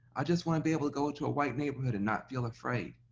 i just wanna be able to go to a white neighborhood and not feel afraid,